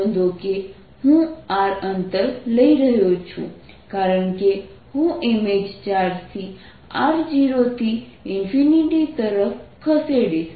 નોંધો કે હું r અંતર લઈ રહ્યો છું કારણ કે હું ઇમેજ ચાર્જને r0થી તરફ ખસેડીશ